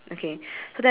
open